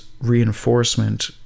reinforcement